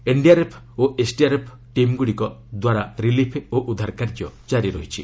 NDRF ଓ SDRF ଟିମ୍ଗୁଡ଼ିକ ଦ୍ୱାରା ରିଲିଫ ଓ ଉଦ୍ଧାର କାର୍ଯ୍ୟ କାରି ରହିଛି